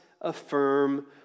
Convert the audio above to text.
affirm